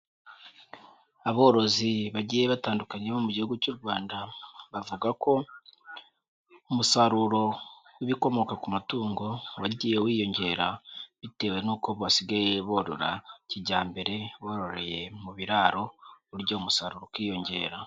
Aborozi bagiye batandukanye bo mu gihugu cy'u Rwanda, bavuga ko, umusaruro w'ibikomoka ku matungo wagiye wiyongera, bitewe nuuko basigaye borora kijyambere, borororeye mu biraro, bityo umusaruro ukiyongera